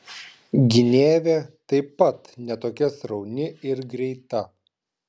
gynėvė taip pat ne tokia srauni ir greita